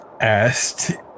asked